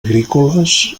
agrícoles